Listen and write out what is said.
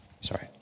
Sorry